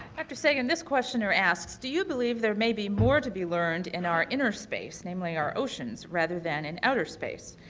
dr. sagan, this questioner asks do you believe there may be more to be learned in our inner space, namely our oceans, rather than in outer space?